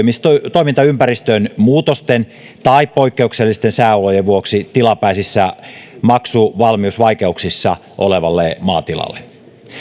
toimintaympäristön muutosten tai poikkeuksellisten sääolojen vuoksi tilapäisissä maksuvalmiusvaikeuksissa olevalle maatilalle